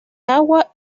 agua